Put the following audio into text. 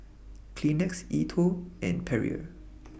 Kleenex E TWOW and Perrier